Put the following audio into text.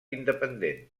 independent